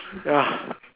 ya